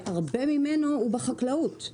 הרבה ממנו הוא בחקלאות,